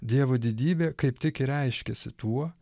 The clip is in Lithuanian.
dievo didybė kaip tik ir reiškiasi tuo